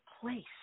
place